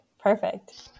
perfect